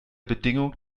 bedingung